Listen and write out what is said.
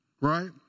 Right